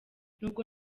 n’ubwo